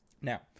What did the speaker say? Now